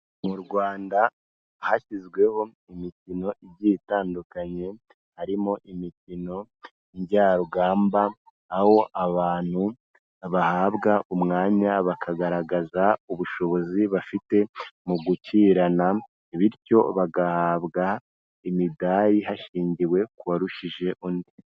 Mu Rwanda hashyizweho imikino igiye itandukanye, harimo imikino njyarugamba aho abantu bahabwa umwanya bakagaragaza ubushobozi bafite mu gukirana bityo bagahabwa imidari hashingiwe kuwarushije undi.